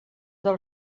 del